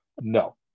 No